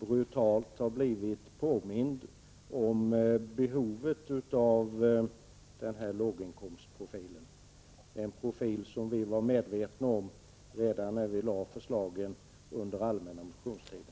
brutalt har blivit påmind om behovet av denna låginkomstprofil — en profil som vi var medvetna om redan när vi lade fram förslagen under den allmänna motionstiden.